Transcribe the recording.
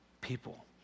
people